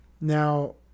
Now